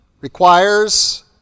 Requires